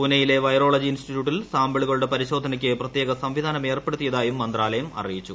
പൂനൈയിലെ virology ഇൻസ്റ്റിറ്റ്യൂട്ടിൽ സാമ്പിളുകളുടെ പരിശോധനയ്ക്ക് പ്രത്യേക സംവിധാനമേർപ്പെടുത്തിയതായും മന്ത്രാലയം അറിയിച്ചു